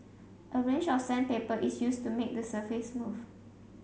a range of sandpaper is used to make the surface smooth